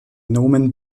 nomen